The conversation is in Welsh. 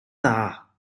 dda